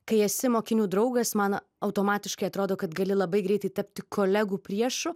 kai esi mokinių draugas man automatiškai atrodo kad gali labai greitai tapti kolegų priešu